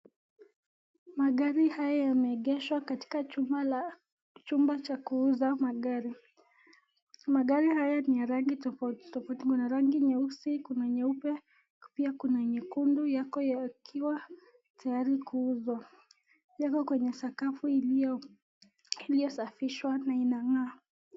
Magari haya yameegeshwa katika chumba cha kuuza magari. Magari haya ni ya rangi tofauti tofauti. Kuna rangi nyeusi, kuina nyeupe pia kuna nyekundu yako tayari kuuzwa. Yako kwenye sakafu iliyosafishwa na inang'aa.